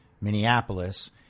Minneapolis